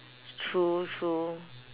true true